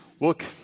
Look